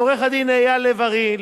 לעורך-הדין אייל לב-ארי,